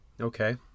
Okay